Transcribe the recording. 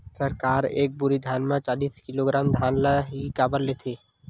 सरकार एक बोरी धान म चालीस किलोग्राम धान ल ही काबर लेथे?